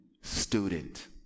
student